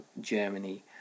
Germany